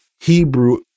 Hebrew